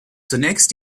zunächst